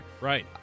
right